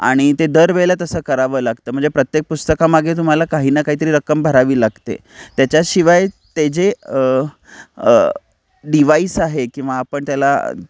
आणि ते दरवेळेला तसं करावं लागतं म्हणजे प्रत्येक पुस्तकामागे तुम्हाला काही ना काहीतरी रक्कम भरावी लागते त्याच्याशिवाय ते जे डिवाईस आहे किंवा आपण त्याला